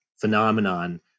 phenomenon